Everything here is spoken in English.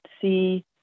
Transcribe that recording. see